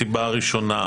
הסיבה הראשונה היא,